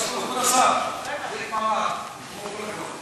ההצעה להעביר את